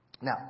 Now